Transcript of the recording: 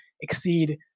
exceed